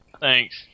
Thanks